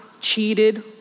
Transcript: cheated